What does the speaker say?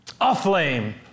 aflame